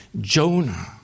Jonah